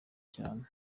cyane